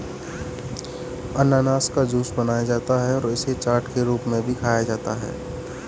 अनन्नास का जूस बनाया जाता है और इसे चाट के रूप में भी खाया जाता है